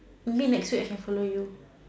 maybe next week I can follow you